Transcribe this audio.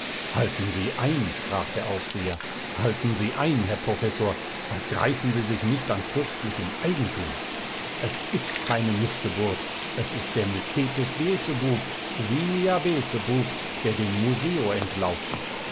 halten sie ein sprach der aufseher halten sie ein herr professor vergreifen sie sich nicht an fürstlichem eigentum es ist keine mißgeburt es ist der mycetes beelzebub simia beelzebub der dem museo entlaufen